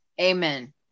Amen